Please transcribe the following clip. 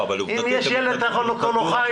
אם יש ילד אתה יכול לקרוא לו: חיים,